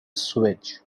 sewage